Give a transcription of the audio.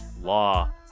law